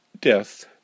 death